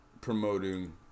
promoting